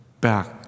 back